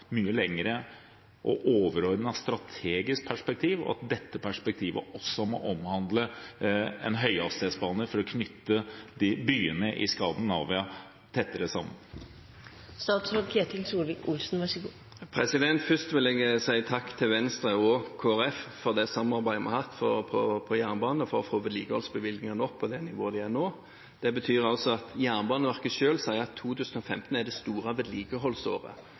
mye lenger og overordnet strategisk perspektiv, og at dette perspektivet også må omhandle en høyhastighetsbane for å knytte byene i Skandinavia tettere sammen? Først vil jeg si takk til Venstre og Kristelig Folkeparti for det samarbeidet vi har hatt på jernbane for å få vedlikeholdsbevilgningene opp på det nivået de er nå. Det betyr at Jernbaneverket selv sier at 2015 er det store vedlikeholdsåret.